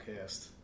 cast